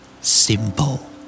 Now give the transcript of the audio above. Simple